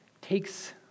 takes